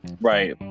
Right